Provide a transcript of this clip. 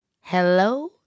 Hello